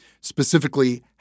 specifically